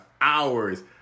hours